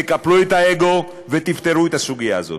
תקפלו את האגו ותפתרו את הסוגיה הזאת.